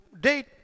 date